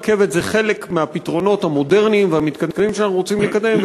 הרכבת היא חלק מהפתרונות המודרניים והמתקדמים שאנחנו רוצים לקדם,